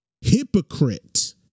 Hypocrite